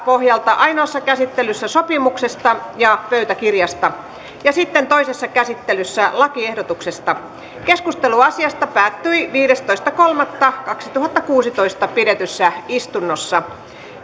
pohjalta ainoassa käsittelyssä sopimuksesta ja pöytäkirjasta ja sitten toisessa käsittelyssä lakiehdotuksesta keskustelu asiasta päättyi viidestoista kolmatta kaksituhattakuusitoista pidetyssä täysistunnossa